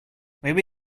maybe